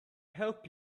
help